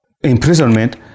imprisonment